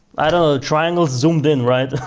i don't know triangle zoomed in right?